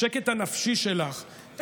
השקט הנפשי שלך,